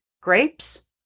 grapes